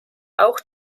auch